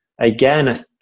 again